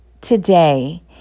today